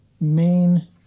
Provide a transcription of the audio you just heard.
main